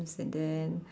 and then